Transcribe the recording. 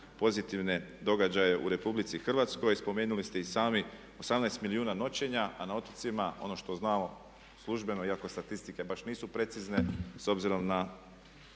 pozitivne događaje u RH spomenuli ste i sami 18 milijuna noćenja a na otocima ono što znamo službeno iako statistike baš nisu precizne s obzirom na